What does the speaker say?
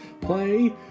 play